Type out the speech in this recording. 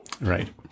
Right